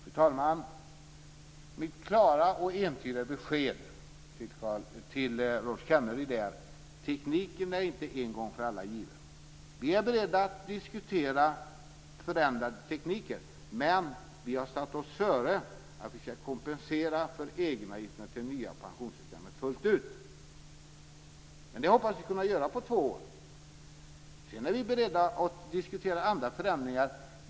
Fru talman! Mitt klara och entydiga besked till Rolf Kenneryd är att tekniken inte är en gång för alla given. Vi är beredda att diskutera förändrad teknik, men vi har satt oss före att vi ska kompensera för egenavgifterna till det nya pensionssystemet fullt ut. Det hoppas vi kunna göra på två år. Sedan är vi beredda att diskutera andra förändringar.